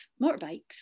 motorbikes